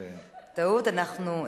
טעות, אנחנו,